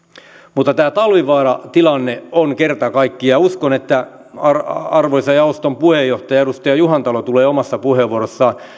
mutta tämä talvivaaran tilanne on kerta kaikkiaan sellainen ja uskon että arvoisa jaoston puheenjohtaja edustaja juhantalo tulee omassa puheenvuorossaan